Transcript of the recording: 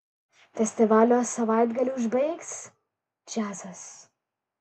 festivalio savaitgalį užbaigs džiazas